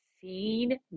Seen